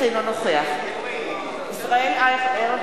אינו נוכח ישראל אייכלר,